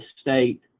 state